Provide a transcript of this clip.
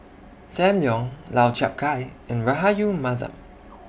SAM Leong Lau Chiap Khai and Rahayu Mahzam